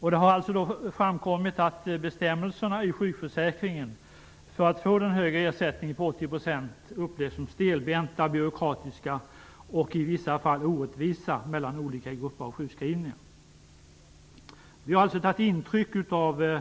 Det har framkommit att de bestämmelser i sjukförsäkringen som gäller för den högre ersättningen på 80 % upplevs som stelbenta, byråkratiska och i vissa fall orättvisa för olika grupper av sjukskrivna. Vi har alltså tagit intryck av